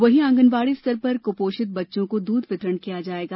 वहीं आँगनवाड़ी स्तर पर कुपोषित बच्चों को दूध वितरण किया जायेगा